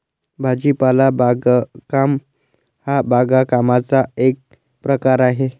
भाजीपाला बागकाम हा बागकामाचा एक प्रकार आहे